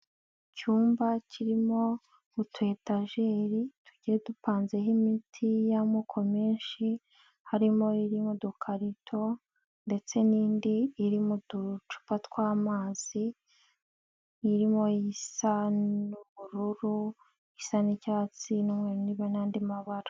Icyumba kirimo utu etajeri tugiye dupanzeho imiti y'amoko menshi, harimo iri mu dukarito ndetse n'indi iri mu ducupa tw'amazi, irimo isa n'ubururu isa n'icyatsi n'umweru n'andi mabara.